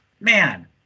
man